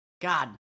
God